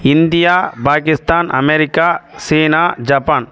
India Pakistan America சீனா Japan